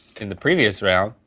in the previous round.